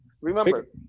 Remember